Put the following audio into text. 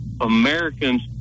Americans